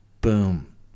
boom